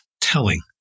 telling